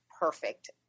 Perfect